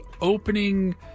opening